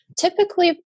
Typically